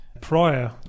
prior